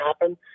happen